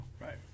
Right